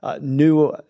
New